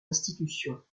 institutions